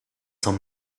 some